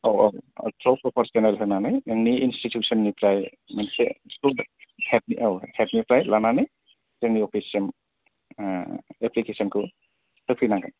औ औ प्रपार सेनेल होनानै नोंनि इन्सटिटुइसनिफ्राय मोनसे प्रुब हेड औ हेडनिफ्राय लानानै जोंनि अफिससिम एप्लिकेसनखौ होफैनांगोेन